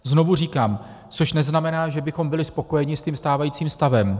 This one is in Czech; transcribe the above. Znovu říkám, což neznamená, že bychom byli spokojeni s tím stávajícím stavem.